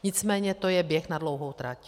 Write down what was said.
Nicméně to je běh na dlouhou trať.